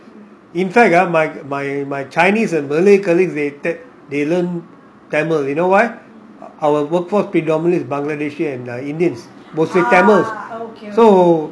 in fact my my my chinese and malay colleagues they take they learn tamil you know why are our workforce predominates bangladeshi and the indians mostly tamils so